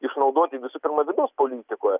išnaudoti visų pirma politikoje